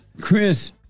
Chris